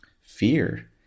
Fear